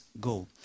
go